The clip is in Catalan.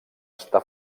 està